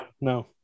No